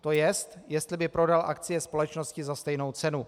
To jest, jestli by prodal akcie společnosti za stejnou cenu.